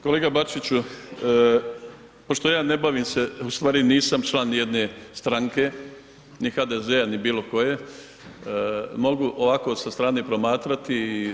Kolega Bačiću, pošto ja ne bavim se, ustvari nisam član nijedne stranke, ni HDZ-a ni bilo koje, mogu ovako sa strane promatrati.